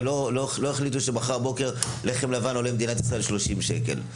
ולא החליטו שמחר בבוקר לחם לבן עולה במדינת ישראל 30 שקל,